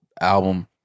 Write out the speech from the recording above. album